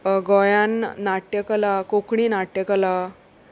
गोंयान नाट्यकला कोंकणी नाट्यकला